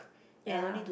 ya